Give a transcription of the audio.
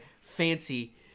fancy